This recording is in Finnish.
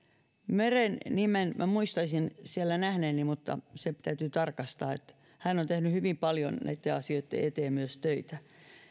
meren nimen muistaisin siellä nähneeni mutta se täytyy tarkastaa myös hän on tehnyt hyvin paljon niitten asioitten eteen töitä